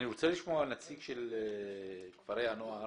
אני רוצה לשמוע נציג של כפרי הנוער.